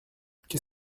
qu’est